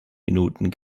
minuten